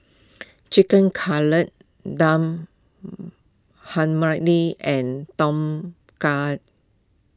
Chicken Cutlet Dal and Tom Kha